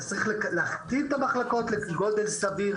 צריך להכפיל את המחלקות לגודל סביר,